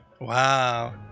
Wow